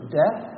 death